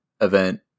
event